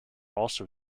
also